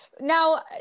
Now